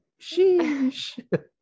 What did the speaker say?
sheesh